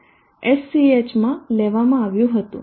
schમાં લેવામાં આવ્યું હતું